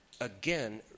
Again